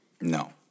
No